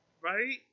Right